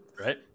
right